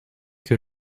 que